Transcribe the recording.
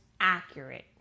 accurate